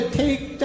take